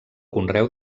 conreu